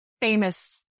famous